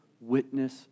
witness